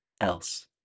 else